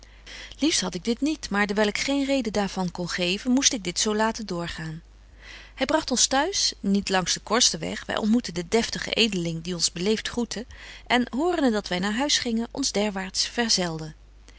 liefst had ik dit niet maar dewyl ik geen reden daar van kon geven moest ik dit zo laten doorgaan hy bragt ons t'huis niet langs den kortsten weg wy ontmoetten den deftigen edeling die ons beleeft groette en horende dat wy naar huis gingen ons derwaards verzelde